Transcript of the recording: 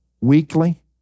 weekly